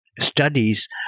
studies